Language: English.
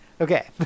Okay